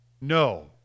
No